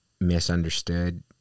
misunderstood